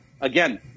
again